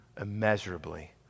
immeasurably